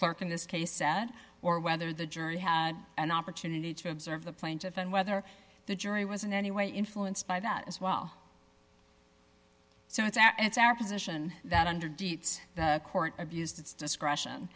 clerk in this case sat or whether the jury had an opportunity to observe the plaintiff and whether the jury was in any way influenced by that as well so it's and it's our position that under dietz the court abused its discretion